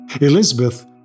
Elizabeth